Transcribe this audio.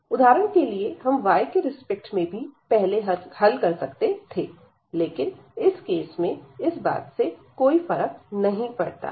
उदाहरण के लिए हम y के रिस्पेक्ट में भी पहले कर सकते थेलेकिन इस केस में इस बात से कोई फर्क नहीं पड़ता है